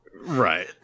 Right